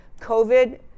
COVID